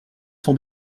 sont